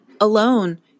alone